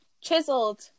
Chiselled